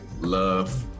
Love